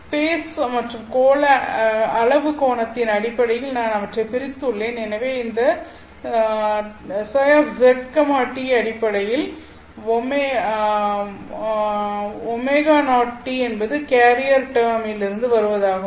face மற்றும் அளவு கோணத்தின் அடிப்படையில் நான் அவற்றைப் பிரித்துள்ளேன் எனவே இந்த φzt அடிப்படையில் ω0t என்பது கேரியர் டேர்ம் லிருந்து வருவதாகும்